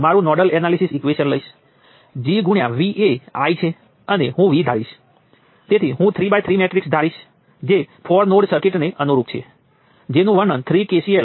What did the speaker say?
હવે યાદ રાખો કે સ્વતંત્ર વોલ્ટેજ સ્ત્રોતના કિસ્સામાં જમણી બાજુએ આપણી પાસે સ્વતંત્ર વોલ્ટેજ સ્ત્રોતનું મૂલ્ય હશે આ કિસ્સામાં પણ જમણી બાજુએ આપણી પાસે અજ્ઞાત નોડ વોલ્ટેજ છે